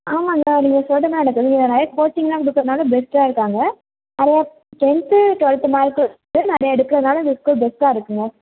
ஆமாம்ங்க நீங்கள் சொல்றதுலாம் எனக்கு புரியிதுங்க நிறைய கோச்சிங்லாம் கொடுக்கறதுனால பெஸ்டாக இருக்காங்க நிறையா டென்த்து டுவெல்த்து மார்க்கு நிறையா எடுக்கறதுனால் இந்த ஸ்கூல் பெஸ்டாக இருக்குங்க